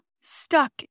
stuck